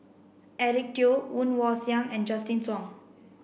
Eric Teo Woon Wah Siang and Justin Zhuang